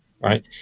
Right